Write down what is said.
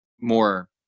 more